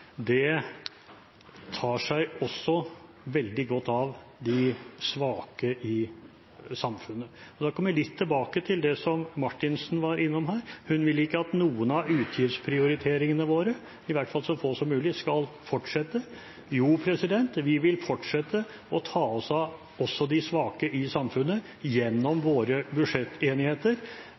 budsjettet tar seg veldig godt av de svake i samfunnet. Da kommer vi litt tilbake til det som Marthinsen var innom her. Hun vil ikke at noen av utgiftsprioriteringene våre, i hvert fall så få som mulig, skal fortsette. Vi vil fortsette å ta oss av også de svake i samfunnet gjennom våre budsjettenigheter.